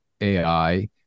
AI